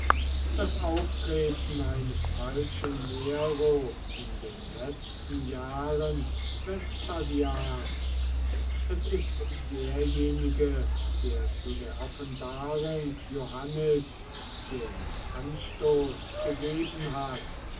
das auftreten eines falschen nero in den letzten jahren vespasians es ist derjenige der zu der offenbarung johannis den anstoß gegeben hat